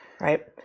right